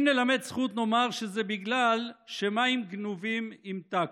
אם נלמד זכות נאמר שזה בגלל שמים גנובים ימתקו.